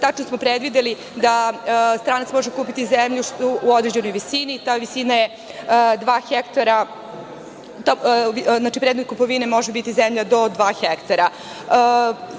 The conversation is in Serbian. tačno smo predvideli da stranac može kupiti zemlju u određenoj visini, ta visina je dva hektara, znači predmet kupovine može biti zemlja do dva hektara.